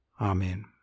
Amen